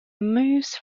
moose